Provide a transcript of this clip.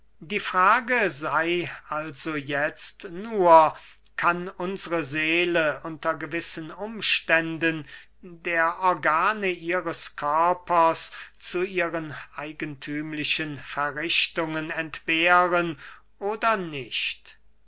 die frage sey also jetzt nur kann unsre seele unter gewissen umständen der organe ihres körpers zu ihren eigenthümlichen verrichtungen entbehren oder nicht